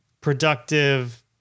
productive